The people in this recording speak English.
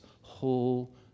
whole